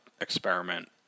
experiment